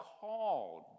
called